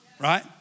Right